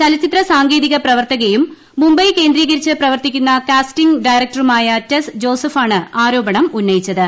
ചലച്ചിത്രസാങ്കേതിക പ്രവർത്തകയും പ്പ് മുംബൈ കേന്ദ്രീകരിച്ച് പ്രവർത്തിക്കുന്ന കാസ്റ്റിംഗ് ഡയറക്ട്ട്റുമായ ടെസ് ജോസഫാണ് ആരോപണം ഉന്നയിച്ചത്